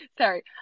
Sorry